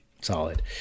Solid